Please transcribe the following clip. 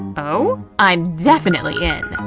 oh, i'm definitely in!